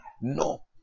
No